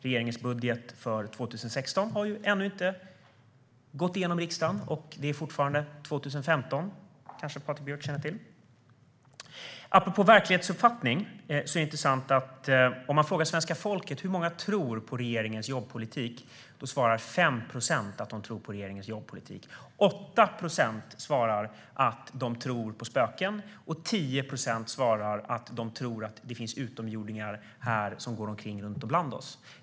Regeringens budget för 2016 har ännu inte gått igenom i riksdagen, och det är fortfarande 2015, vilket Patrik Björck kanske känner till. Apropå verklighetsuppfattning är det intressant att fråga svenska folket: Hur många tror på regeringens jobbpolitik? Då är det 5 procent som svarar att de tror på den. Det är 8 procent som svarar att de tror på spöken, och 10 procent svarar att de tror att det finns utomjordingar som går omkring bland oss.